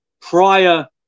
prior